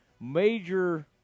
Major